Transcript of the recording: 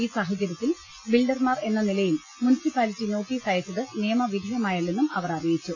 ഈ സാഹചര്യത്തിൽ ബിൽഡർമാർ എന്ന നിലയിൽ മുനിസിപ്പാ ലിറ്റി നോട്ടീസ് അയച്ചത് നിയമവിധേയമായല്ലെന്നും അവർ അറി യിച്ചു